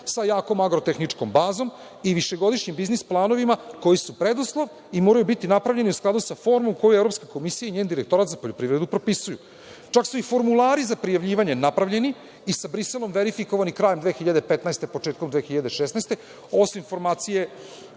sa jakom agrotehničkom bazom i višegodišnjim biznis planovima koji su preduslov i moraju biti napravljeni u skladu sa formom koju Evropska komisija i njen Direktorat za poljoprivredu propisuje. Čak su i formulari za prijavljivanje napravljeni i sa Briselom verifikovani 2015, početkom 2016. godine, osim informacija